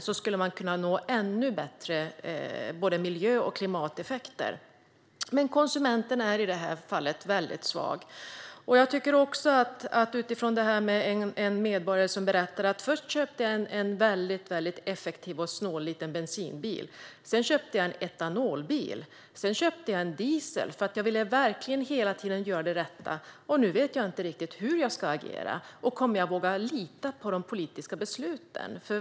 Då skulle man nå ännu bättre miljö och klimateffekter. Men i det här fallet är konsumenterna väldigt svaga. En medborgare har berättat för mig: Först köpte jag en väldigt effektiv och snål liten bensinbil. Sedan köpte jag en etanolbil. Sedan köpte jag en diesel för jag ville verkligen göra det rätta. Och nu vet jag inte riktigt hur jag ska agera. Kommer jag att våga lita på de politiska besluten?